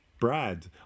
Brad